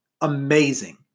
amazing